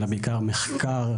אלא בעיקר מחקר,